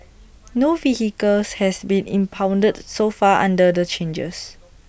no vehicle has been impounded so far under the changes